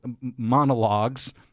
monologues